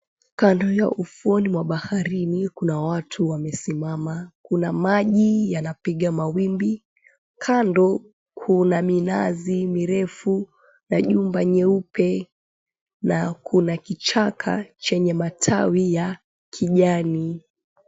Kando ya ufuoni mwa baharini kuna watu wamesimama, kuna maji yanapiga mawimbi. Kando kuna minazi mirefu na jumba nyeupe na kuna kichaka chenye matawi ya kijani.